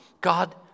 God